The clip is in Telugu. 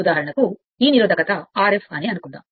ఉదాహరణకు ఈ నిరోధకత Rf అని అనుకుందాం